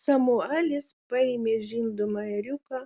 samuelis paėmė žindomą ėriuką